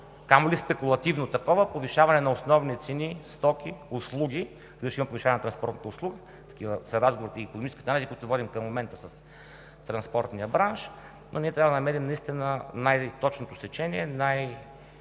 камо ли спекулативно такова повишаване на основни цени, стоки, услуги – дали ще има повишаване на транспортните услуги – такива са икономическите разговори, които водим към момента с транспортния бранш, но ние трябва да намерим наистина най-точното сечение, най-обективния